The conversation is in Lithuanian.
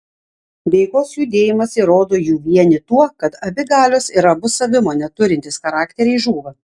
veikos judėjimas įrodo jų vienį tuo kad abi galios ir abu savimonę turintys charakteriai žūva